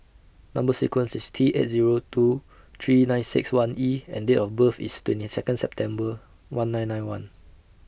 Number sequence IS T eight Zero two three nine six one E and Date of birth IS twenty Second September one nine nine one